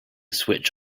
switch